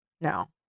No